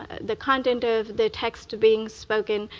the content of the text being spoken,